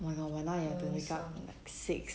oh my god but now you have to wake up like six